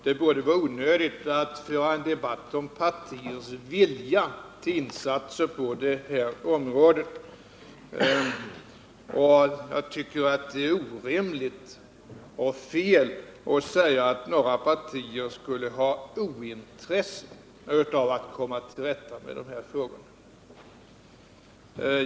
Det borde vara onödigt att ha en debatt om partiers vilja till insatser på detta område. Jag tycker det är orimligt och fel att säga att några partier skulle vara ointresserade att komma till rätta med dessa frågor.